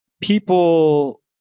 People